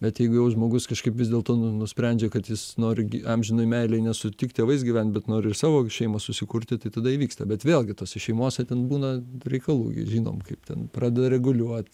bet jeigu jau žmogus kažkaip vis dėlto nusprendžia kad jis nori gi amžinoj meilėj ne su tik tėvais gyvent bet nori ir savo šeimą susikurti tada įvyksta bet vėlgi tose šeimose ten būna reikalų žinom kaip ten pradeda reguliuot